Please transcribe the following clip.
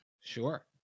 Sure